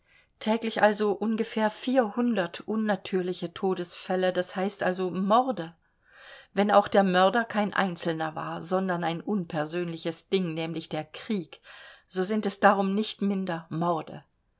täglich also ungefähr unnatürliche todesfälle das heißt also morde wenn auch der mörder kein einzelner war sondern ein unpersönliches ding nämlich der krieg so sind es darum nicht minder morde